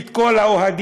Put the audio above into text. את כל האוהדים,